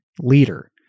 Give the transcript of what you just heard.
leader